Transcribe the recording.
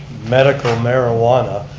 medical marijuana,